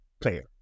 player